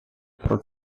про